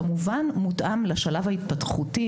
כמובן מותאם לשלב ההתפתחותי,